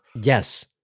Yes